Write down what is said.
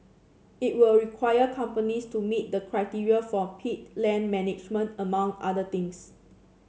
it will require companies to meet the criteria for peat land management among other things